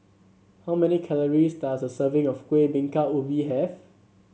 how many calories does a serving of Kueh Bingka Ubi have